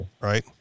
Right